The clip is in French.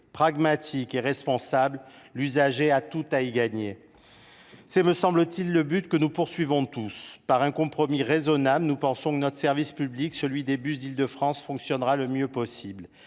pragmatique et responsable, l’usager a tout à gagner. C’est, me semble t il, le but que nous visons tous. Par un compromis raisonnable, nous pensons que notre service public, celui des bus d’Île de France, fonctionnera le mieux possible.